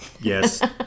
yes